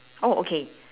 oh okay